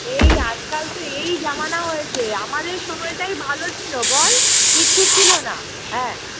এই আজকাল তো এই জামানা হয়েছে আমাদের সময়টাই ভালো ছিলো বল কিছু ছিলো না হ্যাঁ